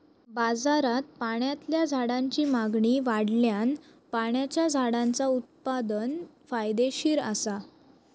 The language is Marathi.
बाजारात पाण्यातल्या झाडांची मागणी वाढल्यान पाण्याच्या झाडांचा उत्पादन फायदेशीर असा